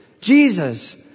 Jesus